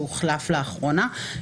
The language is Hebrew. שהוחלף לאחרונה.